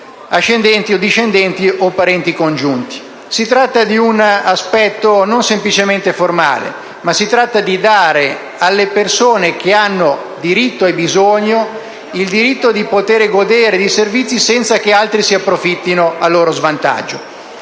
ascendenti, discendenti o parenti congiunti. Si tratta di un aspetto non semplicemente formale, per riconoscere alle persone che ne hanno bisogno il diritto di poter godere di servizi senza che altri se ne approfittino, a loro svantaggio.